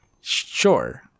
sure